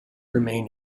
remain